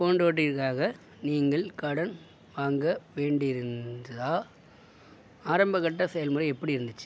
போன்றவற்றிற்காக நீங்கள் கடன் வாங்க வேண்டி இருந்தா ஆரம்பக்கட்ட செயல்முறை எப்படி இருந்துச்சு